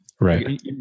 Right